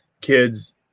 kids